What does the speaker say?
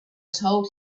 told